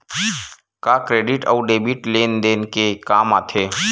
का क्रेडिट अउ डेबिट लेन देन के काम आथे?